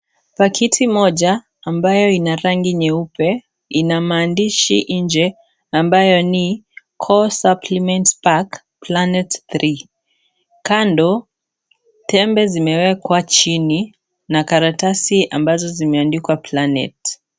Pakiti moja ambayo ina rangi nyeupe ina maandishi nje ambayo ni (cs)core supplements pack planet three(cs) kando tembe zimewekwa chini na karatasi ambazo zimeandikwa (cs)planet(cs).